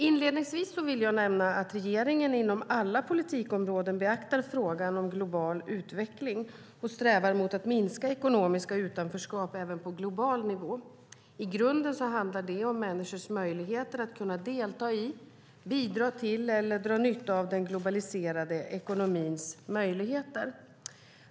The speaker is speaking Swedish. Inledningsvis vill jag nämna att regeringen inom alla politikområden beaktar frågan om global utveckling och strävar mot att minska ekonomiskt utanförskap även på global nivå. I grunden handlar det om människors möjligheter att kunna delta i, bidra till eller dra nytta av den globaliserade ekonomins möjligheter.